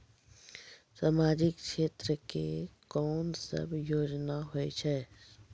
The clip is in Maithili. समाजिक क्षेत्र के कोन सब योजना होय छै?